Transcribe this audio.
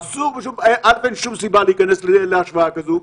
אסור בשום פנים, אין שום סיבה להיכנס להשוואה כזו,